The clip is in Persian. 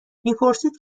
میپرسید